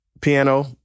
piano